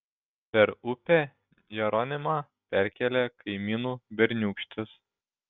per upę jeronimą perkėlė kaimynų berniūkštis